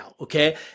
Okay